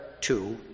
two